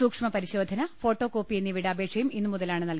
സൂക്ഷ്മ പരിശോധന photo copy എന്നിവയുടെ അപേ ക്ഷയും ഇന്ന് മുതലാണ് നൽകേണ്ടത്